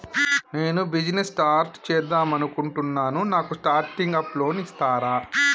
నేను business start చేద్దామనుకుంటున్నాను నాకు స్టార్టింగ్ అప్ లోన్ ఇస్తారా?